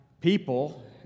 people